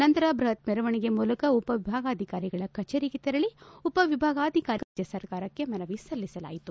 ನಂತರ ಬೃಹತ್ ಮೆರವಣಿಗೆ ಮೂಲಕ ಉಪವಿಭಾಗಾಧಿಕಾರಿಗಳ ಕಚೇರಿಗೆ ತೆರಳಿ ಉಪವಿಭಾಗಾಧಿಕಾರಿಗಳ ಮೂಲಕ ರಾಜ್ಯಸರ್ಕಾರಕ್ಕೆ ಮನವಿ ಸಲ್ಲಿಸಲಾಯಿತು